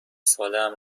سالهام